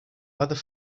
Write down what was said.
other